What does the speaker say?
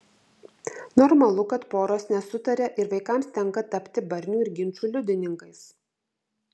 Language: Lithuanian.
normalu kad poros nesutaria ir vaikams tenka tapti barnių ir ginčų liudininkais